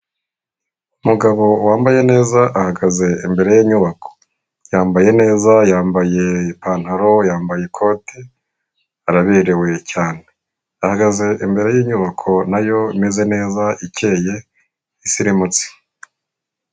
Umugabo wambaye neza ahagaze imbere yinyubako, yambaye neza yambaye ipantaro, yambaye ikote, araberewe cyane ahagaze imbere y'inyubako nayo imeze neza ikeye isirimutse.